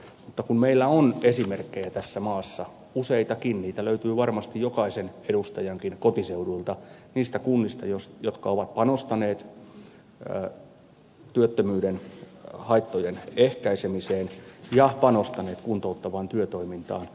mutta meillä on esimerkkejä tässä maassa useitakin niitä löytyy varmasti jokaisen edustajankin kotiseudulta kunnista jotka ovat panostaneet työttömyyden haittojen ehkäisemiseen ja panostaneet kuntouttavaan työtoimintaan